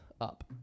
up